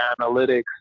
analytics